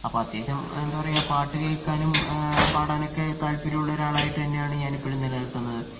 അപ്പം അത്യാവശ്യം എന്താ പറയുക പാട്ട് കേൾക്കാനും പാടാനൊക്കെ താത്പര്യമൊള്ളൊരാളായിട്ട് തന്നെയാണ് ഞാനിപ്പോഴും നിലനിൽക്കുന്നത്